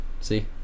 See